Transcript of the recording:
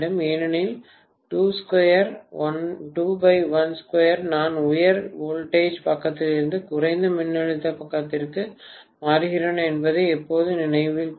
ஏனெனில் 22 212 நான் உயர் வோல்டேஜ் பக்கத்திலிருந்து குறைந்த மின்னழுத்த பக்கத்திற்கு மாற்றுகிறேனா என்பதை எப்போதும் நினைவில் கொள்க